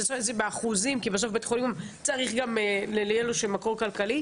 וצריך לראות באחוזים כי צריך שיהיה בסוף לבית החולים מקור כלכלי.